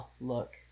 look